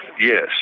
Yes